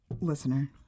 listener